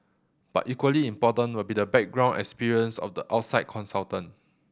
but equally important will be the background experience of the outside consultant